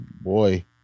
Boy